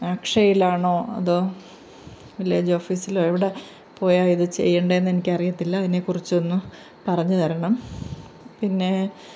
അക്ഷയിലാണോ അതോ വില്ലേജ് ഓഫീസിൽ എവിടെ പോയാൽ ഇതു ചെയ്യേണ്ടതെന്നനിക്കറിയത്തില്ല അതിനെക്കുറിച്ചൊന്നും പറഞ്ഞുതരണം പിന്നേ